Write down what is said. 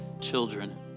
children